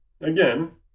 Again